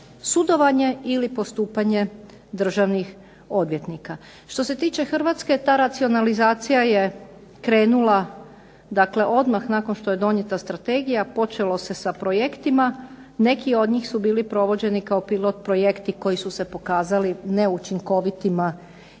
sudovanje ili postupanje državnih odvjetnika. Što se tiče Hrvatske ta racionalizacija je krenula odmah nakon što je donijeta strategija počelo se sa projektima neki od njih su bili provođeni kao pilot projekti koji su se pokazali neučinkovitima i ne